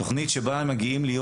תוכנית שבה הם מגיעים להיות,